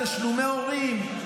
תשלומי הורים,